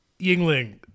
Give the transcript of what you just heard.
Yingling